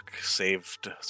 saved